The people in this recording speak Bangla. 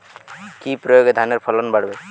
কি প্রয়গে ধানের ফলন বাড়বে?